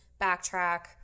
backtrack